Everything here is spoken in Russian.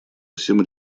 всем